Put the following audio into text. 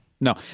No